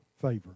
favor